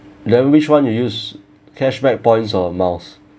then which [one] you use cashback points or miles